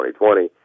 2020